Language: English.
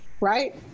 Right